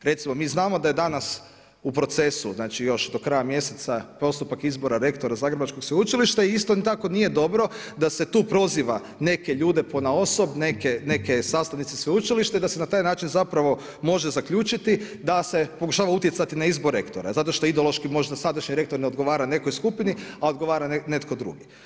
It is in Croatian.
Recimo mi znamo da je danas u procesu još do kraja mjeseca postupka izbora rektora Zagrebačkog sveučilišta i isto tako nije dobro da se tu proziva neke ljude ponaosob, neke sastavnice sveučilišta i da na taj način može zaključiti da se pokušava utjecati na izbor rektora zato što ideološki možda sadašnji rektor ne odgovara nekoj skupini, a odgovara netko drugi.